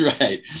Right